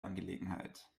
angelegenheit